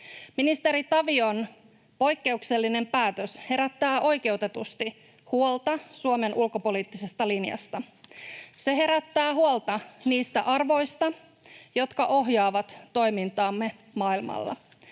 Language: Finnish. Ministeri Tavion poikkeuksellinen päätös herättää oikeutetusti huolta Suomen ulkopoliittisesta linjasta. Se herättää huolta niistä arvoista, jotka ohjaavat toimintaamme maailmalla.